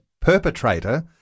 perpetrator